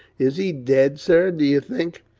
is he dead, sir, d'ye think?